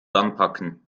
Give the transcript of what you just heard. anpacken